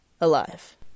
alive